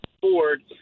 Ford